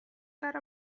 got